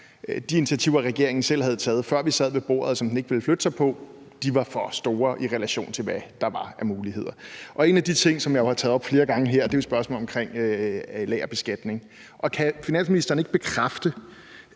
de initiativer, regeringen selv havde taget, før vi sad ved bordet, og som den ikke ville flytte sig på, var for store, i relation til hvad der var af muligheder. En af de ting, jeg jo har taget op flere gange her, er spørgsmålet omkring lagerbeskatning. Og kan finansministeren ikke bekræfte,